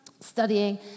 studying